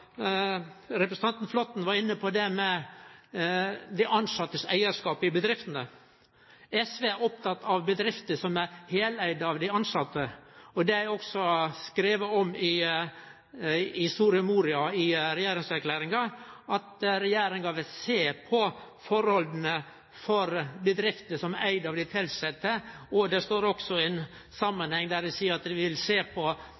representanten Flåtten, var inne på det med dei tilsettes eigarskap i bedriftene. SV er oppteke av bedrifter som er heileigde av dei tilsette. Det er også skrive i Soria Moria, i regjeringserklæringa, at regjeringa vil sjå på forholda for bedrifter som er eigde av dei tilsette, og det står også at ein vil sjå på samvirkebedrifter. Eit av dei forholda som er krevjande i